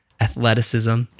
athleticism